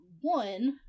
one